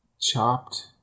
chopped